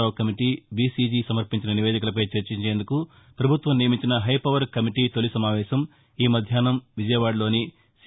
రావు committee BCG సమర్పించిన నివేదికలపై చర్చించేందుకు పభుత్వం నియమించిన హైపవర్ కమిటీ తొలి సమావేశం ఈ మధ్యాహ్నం విజయవాడలోని సీ